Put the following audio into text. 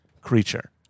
creature